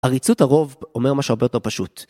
עריצות הרוב אומר משהו הרבה יותר פשוט